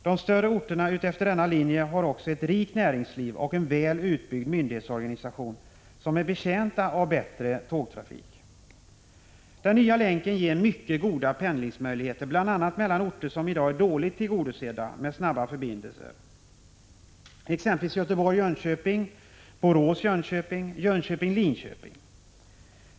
De större orterna utefter denna linje har också ett rikt näringsliv och en väl utbyggd myndighetsorganisation, där man är betjänt av bättre tågtrafik. Den nya länken ger mycket goda pendlingsmöjligheter bl.a. mellan orter som i dag är dåligt tillgodosedda med snabba förbindelser, exempelvis Göteborg-Jönköping, Borås-Jönköping, Jönköping-Linköping.